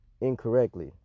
incorrectly